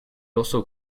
also